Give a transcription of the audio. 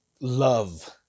love